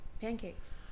Pancakes